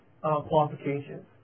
qualifications